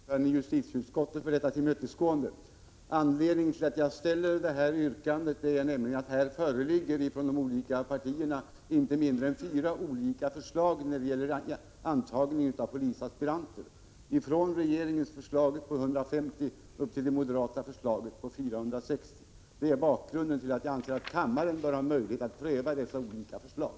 Herr talman! Jag tackar naturligtvis ordföranden i justitieutskottet för detta tillmötesgående. Anledningen till att jag ställer yrkandet är nämligen att från de olika partierna föreligger inte mindre än fyra olika förslag när det gäller antagning av polisaspiranter — från regeringens förslag om 150 och till moderaternas förslag om 460. Det är bakgrunden till att jag anser att kammaren bör ha möjlighet att pröva dessa olika förslag.